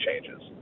changes